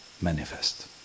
manifest